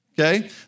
okay